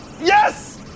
Yes